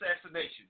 assassination